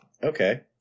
Okay